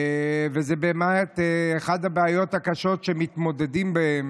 זאת אחת הבעיות הקשות שמתמודדות איתן